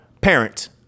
parent